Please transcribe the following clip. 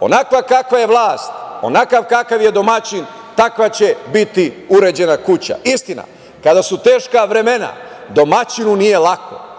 Onakva kakva je vlast, kakav je domaćin, takva će biti uređena kuća. Istina, kad su teška vremena domaćinu nije lako.